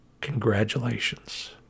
congratulations